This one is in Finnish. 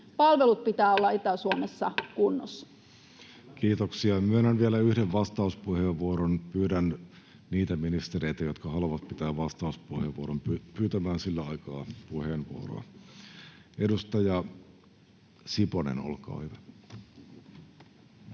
ohjelma 20.6.2023 Time: 13:33 Content: Kiitoksia. — Myönnän vielä yhden vastauspuheenvuoron. Pyydän niitä ministereitä, jotka haluavat pitää vastauspuheenvuoron, pyytämään sillä aikaa puheenvuoroa. — Edustaja Siponen, olkaa hyvä.